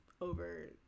over